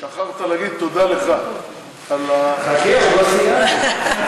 שכחת להגיד תודה לך על, חכה, עוד לא סיימתי.